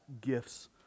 gifts